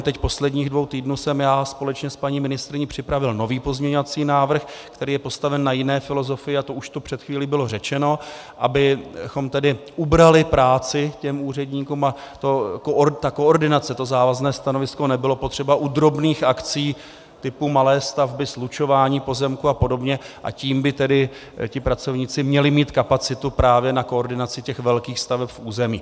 Během posledních dvou týdnů jsem společně s paní ministryní připravil nový pozměňovací návrh, který je postaven na jiné filozofii, a to už tu před chvílí bylo řečeno, abychom tedy ubrali práci úředníkům a koordinace, to závazné stanovisko nebylo potřeba u drobných akcí typu malé stavby, slučování pozemků apod., a tím by tedy ti pracovníci měli mít kapacitu právě na koordinaci velkých staveb v území.